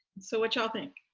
so whatch'all think?